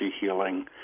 healing